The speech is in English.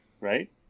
right